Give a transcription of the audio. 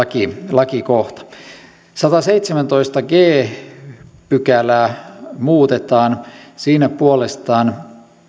lakikohta sadattaseitsemättätoista g pykälää muutetaan siinä puolestaan